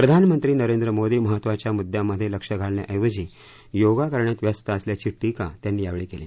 प्रधानमंत्री नरेंद्र मोदी महत्वाच्या मुद्यांमध्ये लक्ष घालण्याऐवजी योगा करण्यात व्यस्त असल्याची टिका त्यांनी यावेळी केली